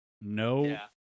no